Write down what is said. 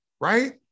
right